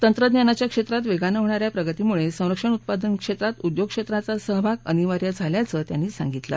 तंत्रज्ञानाच्या क्षेत्रात वेगानं होणा या प्रगतीमुळे संरक्षण उत्पादन क्षेत्रात उद्योग क्षेत्राचा सहभाग अनिवार्य झाला असल्याचं त्यांनी सांगितलं